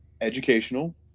educational